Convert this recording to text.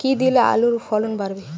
কী দিলে আলুর ফলন বাড়বে?